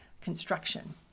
construction